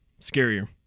Scarier